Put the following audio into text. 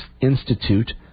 Institute